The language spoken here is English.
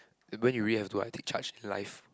then when do we have to like take charge in life